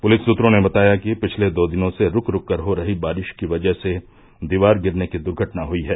police सूत्रों ने बताया कि पिछले दो दिनों से रूक रूक कर हो रही बारिश की वजह से दीवार गिरने की दर्घटना हयी है